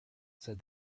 said